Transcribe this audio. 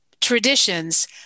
traditions